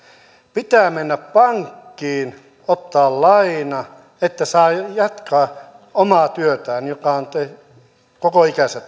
pitää mennä pankkiin ottaa laina että saa jatkaa omaa työtään jota on koko ikänsä